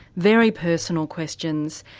very personal questions,